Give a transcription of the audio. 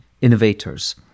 innovators